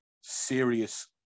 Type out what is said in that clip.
serious